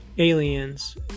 Aliens